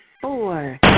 four